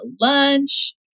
lunch